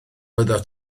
oeddet